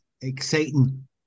exciting